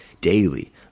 daily